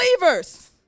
believers